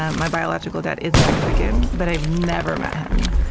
my biological dad is mexican, but i've never met him.